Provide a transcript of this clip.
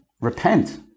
repent